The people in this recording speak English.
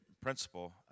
principle